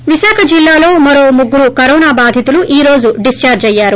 bake Visakha జిల్లాలో మరో ముగ్గురు కరోనా బాధితులు ఈ రోజు డిశ్చార్డ్ అయ్యారు